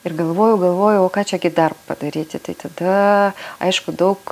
ir galvojau galvojau o ką čia dar padaryti tai tada aišku daug